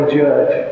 judge